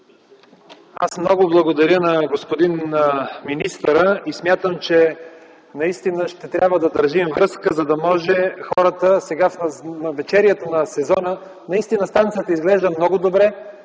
Аз много благодаря на господин министъра и смятам, че наистина ще трябва да държим връзка, за да може хората – сега, в навечерието на летния сезон да получат вода. Наистина, станцията изглежда много добре,